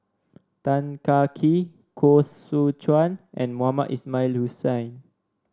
Tan Kah Kee Koh Seow Chuan and Mohamed Ismail Hussain